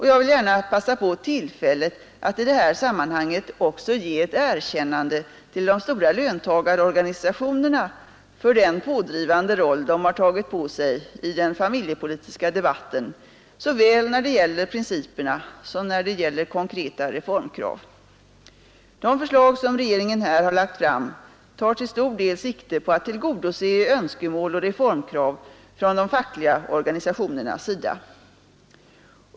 Jag vill gärna passa på tillfället att i det här sammanhanget också ge ett erkännande till de stora löntagarorganisationerna för den pådrivande roll de har åtagit sig i den familjepolitiska debatten såväl när det gäller principerna som när det gäller konkreta reformkrav. De förslag som regeringen här har lagt fram tar till stor del sikte på att tillgodose önskemål och reformkrav från de fackliga organisationernas sida.